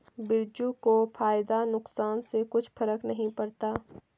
बिरजू को फायदा नुकसान से कुछ फर्क नहीं पड़ता